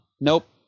Nope